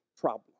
problem